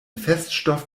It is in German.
feststoff